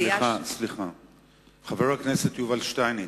סליחה, חבר הכנסת יובל שטייניץ,